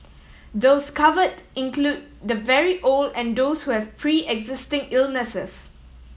those covered include the very old and those who have preexisting illnesses